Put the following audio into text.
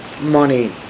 Money